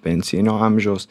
pensijinio amžiaus